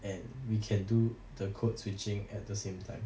and we can do the code switching at the same time